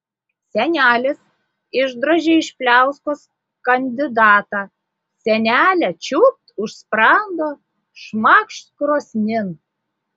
senelis išdrožė iš pliauskos kandidatą senelė čiūpt už sprando šmakšt krosnin